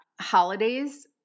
holidays